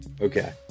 Okay